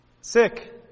Sick